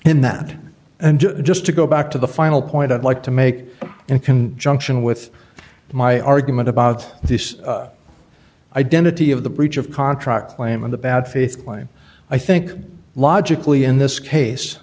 in that and just to go back to the final point i'd like to make and can junction with my argument about the identity of the breach of contract claim of the bad faith claim i think logically in this case